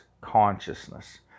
consciousness